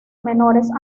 menores